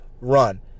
run